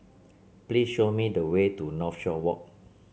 please show me the way to Northshore Walk